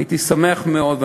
הייתי שמח מאוד,